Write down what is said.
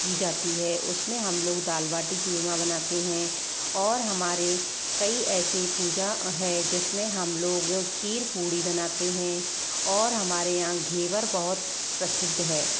की जाती है उसमें हम लोग दाल बाटी चूरमा बनाते हैं और हमारे कई ऐसे पूजा हैं जिसमें हम लोग खीर पूरी बनाते हैं और हमारे यहाँ घेवर बहुत प्रसिद्ध है